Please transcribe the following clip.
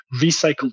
recycled